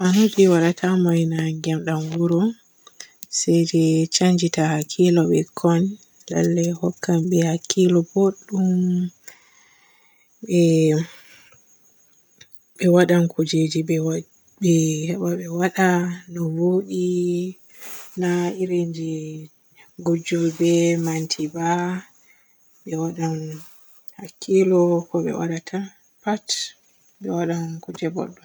An on vi waarata mo e naage e dam gollɗum, se be caanjita hakkilo bikkon. Lallay hokkan be hakkilo bodɗum be be waadan kujeji be heba be waada no voodi na irin je gojju, be manti ba be waada hakkilo ko be waadata pat be waadan kujeji bodɗum.